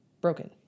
broken